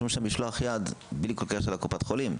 רשום שם משלח-יד בלי כל קשר לקופת חולים,